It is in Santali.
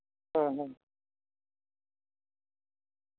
ᱦᱩᱸ ᱦᱩᱸ